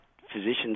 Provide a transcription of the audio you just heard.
physicians